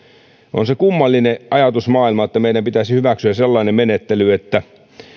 on se kummallinen ajatusmaailma että meidän pitäisi hyväksyä sellainen menettely että